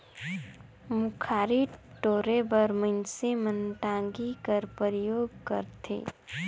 मुखारी टोरे बर मइनसे मन टागी कर परियोग करथे